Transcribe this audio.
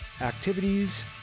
activities